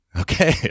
Okay